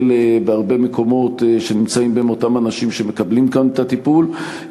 בהרבה מקומות שנמצאים בהם אנשים שמקבלים כאן את הטיפול,